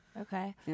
Okay